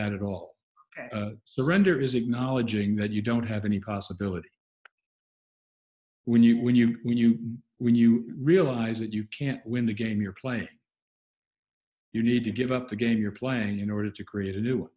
that at all surrender is acknowledging that you don't have any possibility when you when you when you when you realize that you can't win the game you're playing you need to give up the game you're playing in order to create a